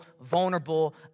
vulnerable